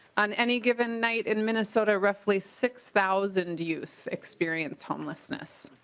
on any given night in minnesota roughly six thousand youth experienced homelessness.